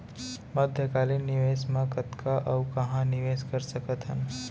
मध्यकालीन निवेश म कतना अऊ कहाँ निवेश कर सकत हन?